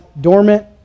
dormant